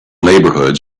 neighborhoods